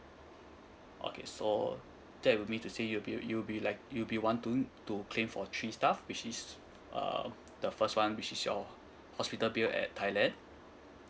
okay so that would mean to say you bill you'll be like you'll be wanting to claim for three stuff which is uh the first one which is your hospital bill at thailand